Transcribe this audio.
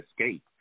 escape